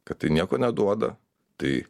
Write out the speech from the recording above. kad tai nieko neduoda tai